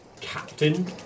Captain